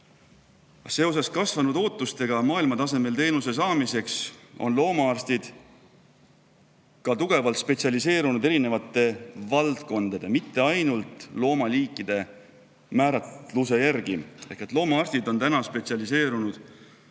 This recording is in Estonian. Seoses kasvanud ootustega maailma tasemel teenuse saamiseks on loomaarstid tänapäeval tugevalt spetsialiseerunud erinevate valdkondade, mitte ainult loomaliikide määratluse järgi. Ehk loomaarstid on spetsialiseerunud